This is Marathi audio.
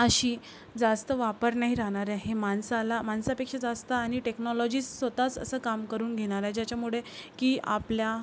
अशी जास्त वापर नाही राहणार आहे माणसाला माणसापेक्षा जास्त आणि टेक्नॉलॉजी स्वत च असं काम करून घेणार आहे ज्याच्यामुळे की आपल्या